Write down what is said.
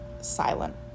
silent